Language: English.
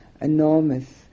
enormous